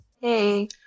Hey